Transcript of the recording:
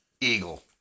eagle